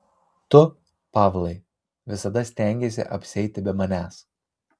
tu pavlai visada stengeisi apsieiti be manęs